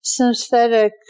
Synesthetic